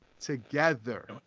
Together